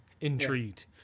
Intrigued